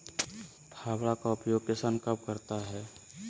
फावड़ा का उपयोग किसान कब करता है?